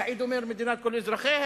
סעיד אומר מדינת כל אזרחיה,